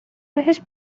بهش